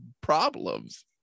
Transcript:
problems